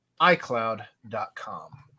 iCloud.com